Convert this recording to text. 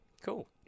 Cool